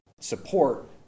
support